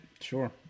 sure